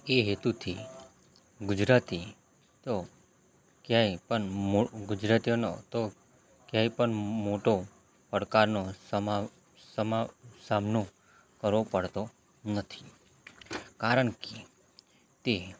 એ હેતુથી ગુજરાતી તો ક્યાંય પણ ગુજરાતીઓનો તો ક્યાંય પણ મોટો પડકારનો સામનો કરવો પડતો નથી કારણ કે તે